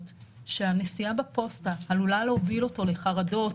שהנסיעה בפוסטה עלולה להוביל אותו לחרדות,